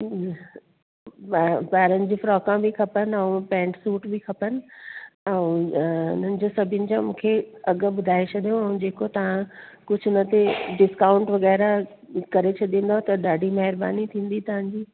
ॿा ॿारनि जी फ्रॉक बि खपनि ऐं पैंट सूट बि खपनि ऐं हिननि जा सभिनी जा मूंखे अघु ॿुधाए छॾिजो ऐं जेको तव्हां कुझु मथे डिस्काउंट वग़ैरह करे छॾींदव त ॾाढी महिरबानी थींदी तव्हांजी